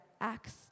acts